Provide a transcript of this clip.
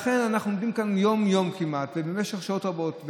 לכן אנחנו עומדים כאן כמעט יום-יום ובמשך שעות רבות,